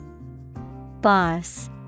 Boss